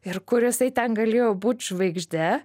ir kur jisai ten galėjo būt žvaigžde